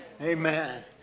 Amen